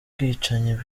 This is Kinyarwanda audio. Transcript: bwicanyi